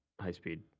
High-speed